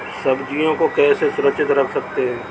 सब्जियों को कैसे सुरक्षित रख सकते हैं?